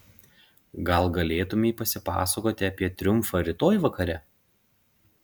gal galėtumei pasipasakoti apie triumfą rytoj vakare